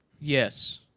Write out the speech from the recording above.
Yes